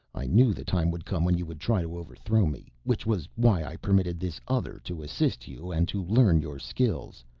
i knew the time would come when you would try to overthrow me, which was why i permitted this other to assist you and to learn your skills.